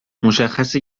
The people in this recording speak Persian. مشخصه